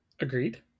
Agreed